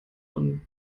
von